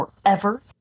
forever